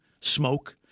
smoke